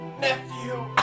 nephew